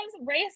race